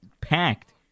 packed